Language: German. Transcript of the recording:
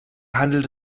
handelt